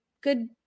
good